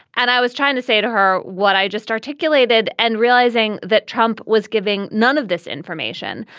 and i was trying to say to her what i just articulated and realizing that trump was giving none of this information.